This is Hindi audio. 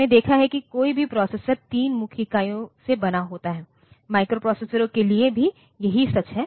हमने देखा है कि कोई भी प्रोसेसर 3 मुख्य इकाइयों से बना होता है माइक्रोप्रोसेसरों के लिए भी यही सच है